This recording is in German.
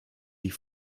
die